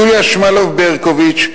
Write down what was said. יוליה שמאלוב-ברקוביץ,